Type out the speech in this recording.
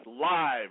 live